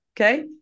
okay